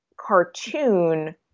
cartoon